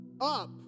up